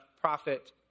prophet